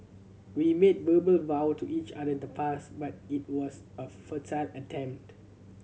we made verbal vow to each other the past but it was a futile attempt